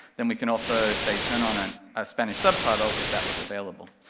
then we can also, say, turn on and a spanish subtitle, if that was available.